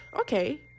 okay